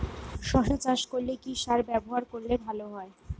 শশা চাষ করলে কি সার ব্যবহার করলে ভালো হয়?